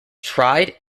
tried